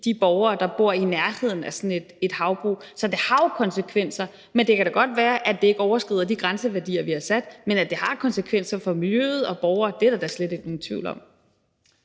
de borgere, der bor i nærheden af sådan et havbrug. Så det har jo konsekvenser. Og det kan da godt være, at det ikke overskrider de grænseværdier, vi har sat, men at det har konsekvenser for miljøet og borgere, er der da slet ikke nogen tvivl om.